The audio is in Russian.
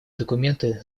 документы